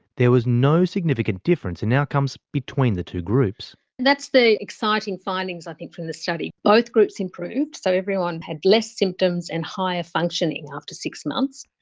there was no significant difference in outcomes between the two groups. that's the exciting findings i think from the study. both groups improved, so everyone had less symptoms and higher functioning after six months,